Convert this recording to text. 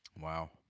Wow